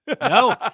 No